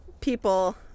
People